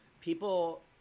people